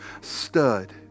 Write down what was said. stud